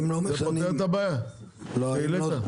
זה פותר את הבעיה שהעלית?